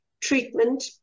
treatment